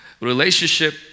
relationship